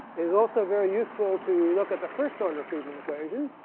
is also very useful to look at the first order friedmann equation,